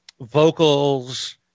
vocals